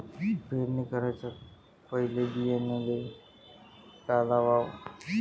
पेरणी कराच्या पयले बियान्याले का लावाव?